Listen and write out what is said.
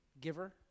giver